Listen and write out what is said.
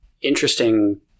interesting